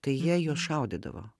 tai jie juos šaudydavo